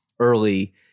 early